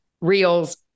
reels